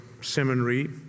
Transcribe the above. Seminary